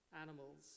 animals